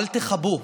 אל תכבו.